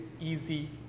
easy